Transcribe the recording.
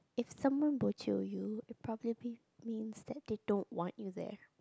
if someone bo-jio you it probably means means they don't want you there